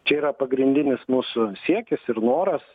čia yra pagrindinis mūsų siekis ir noras